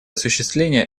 осуществление